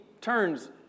turns